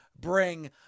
bring